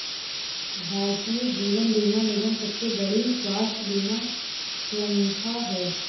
भारतीय जीवन बीमा निगम सबसे बड़ी स्वास्थ्य बीमा संथा है